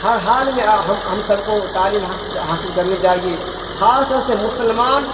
ہر حال میں ہم ہم سب کو تعلیما حاصل کرنی چاہیے خاص طور سے مسلمان